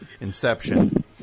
inception